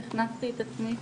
שהכנסתי את עצמי